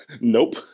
nope